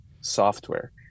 software